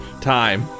time